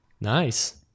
Nice